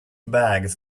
bags